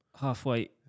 Halfway